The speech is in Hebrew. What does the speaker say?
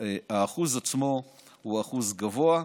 האחוז עצמו הוא אחוז גבוה.